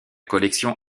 collection